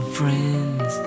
friends